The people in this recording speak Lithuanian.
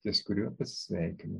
ties kuriuo pasisveikinam